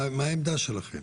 מה העמדה שלכם?